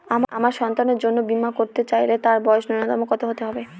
আমার সন্তানের জন্য বীমা করাতে চাইলে তার বয়স ন্যুনতম কত হতেই হবে?